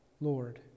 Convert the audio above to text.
Lord